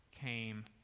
came